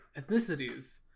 ethnicities